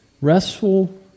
restful